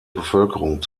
bevölkerung